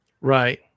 Right